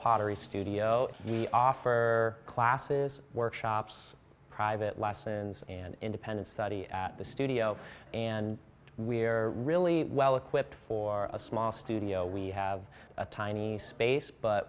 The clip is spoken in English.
pottery studio we offer classes workshops private lessons and independent study at the studio and we're really well equipped for a small studio we have a tiny space but